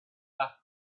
back